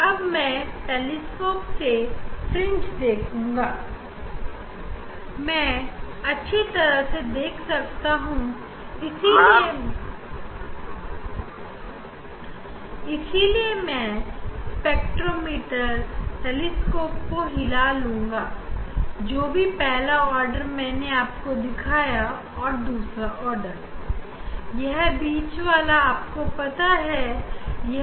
अब मैं टेलीस्कोप से फ्रिंज देखूँगा मैं टेलीस्कोप को हिला कर पहला आर्डर और दूसरा आर्डर अच्छी तरीके से देख सकता हूं